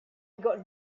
got